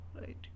right